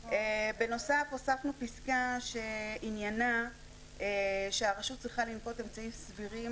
הוספנו פסקה שעניינה שהרשות צריכה לנקוט אמצעים סבירים